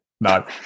No